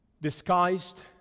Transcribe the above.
disguised